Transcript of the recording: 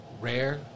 rare